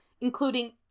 including